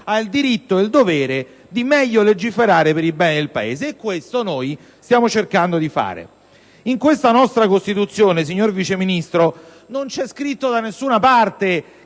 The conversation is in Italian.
il diritto e il dovere di meglio legiferare per il bene del Paese (e questo noi stiamo cercando di fare). Nella nostra Costituzione, signor Vice Ministro, non è scritto da nessuna parte